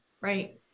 right